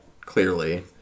clearly